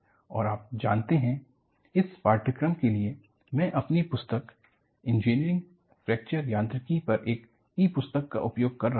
और आप जानते हैं इस पाठ्यक्रम के लिए मैं अपनी पुस्तक इंजीनियरिंग फ्रैक्चर यांत्रिकी पर एक ई पुस्तक का उपयोग कर रहा हूं